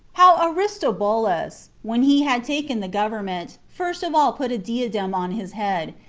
how aristobulus, when he had taken the government first of all put a diadem on his head,